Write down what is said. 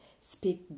speak